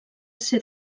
ser